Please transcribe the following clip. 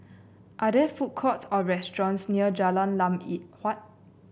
are there food courts or restaurants near Jalan Lam Ye Huat